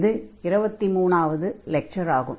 இது 23வது லெக்சர் ஆகும்